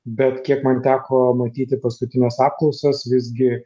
bet kiek man teko matyti paskutines apklausas visgi